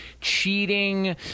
cheating